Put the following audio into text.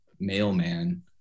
mailman